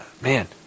Man